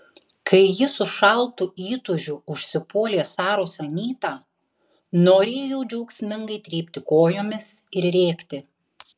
kai ji su šaltu įtūžiu užsipuolė saros anytą norėjau džiaugsmingai trypti kojomis ir rėkti